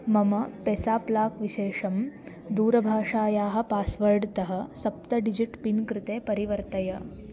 मम पेसाप् लाक् विशेषं दूरभाषायाः पास्वर्ड् तः सप्त डिजिट् पिन् कृते परिवर्तय